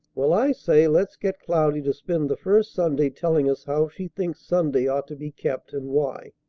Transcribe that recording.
well, i say, let's get cloudy to spend the first sunday telling us how she thinks sunday ought to be kept, and why.